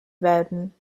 werden